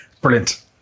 Brilliant